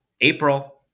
April